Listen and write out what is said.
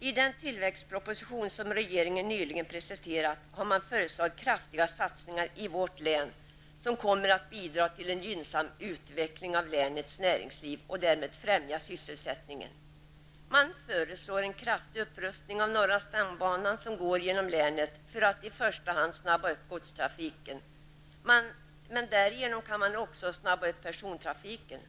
I den tillväxtproposition som regeringen nyligen presenterat har man föreslagit kraftiga satsningar i vårt län, som kommer att bidra till en gynnsam utveckling av länets näringsliv och därmed främja sysselsättningen. Det föreslås en kraftig upprustning av norra stambanan, som går genom länet, för att i första hand snabba upp godstrafiken. Men därigenom kan man också snabba upp persontrafiken.